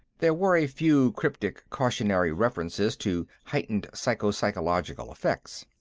there were a few cryptic cautionary references to heightened physico-psychological effects.